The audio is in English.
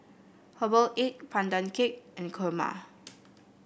Herbal Egg Pandan Cake and Kurma